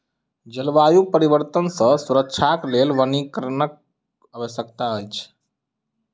जलवायु परिवर्तन सॅ सुरक्षाक लेल वनीकरणक आवश्यकता अछि